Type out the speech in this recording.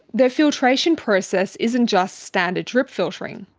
the filtration process isn't just standard drip filtering,